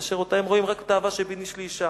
אשר אותה הם רואים רק כתאווה שבין איש לאשה.